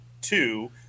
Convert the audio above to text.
two